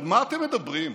על מה אתם מדברים?